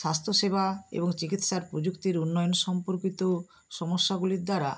স্বাস্থ্য সেবা এবং চিকিৎসার প্রযুক্তির উন্নয়ন সম্পর্কিত সমস্যাগুলির দ্বারা